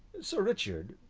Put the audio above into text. sir richard,